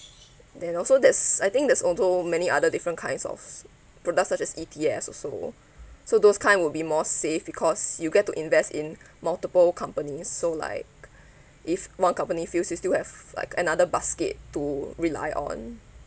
then also there's I think there's also many other different kinds of products such as E_T_S also so those kind would be more safe because you get to invest in multiple companies so like if one company fails you still have like another basket to rely on